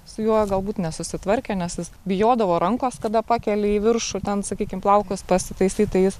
su juo galbūt nesusitvarkė nes jis bijodavo rankos kada pakeli į viršų ten sakykim plaukus pasitaisyt tai jis